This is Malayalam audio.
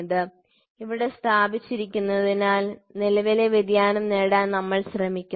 ഇത് ഇവിടെ സ്ഥാപിച്ചിരിക്കുന്നതിനാൽ നിലവിലെ വ്യതിയാനം നേടാൻ നമ്മൾ ശ്രമിക്കുന്നു